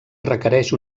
requereix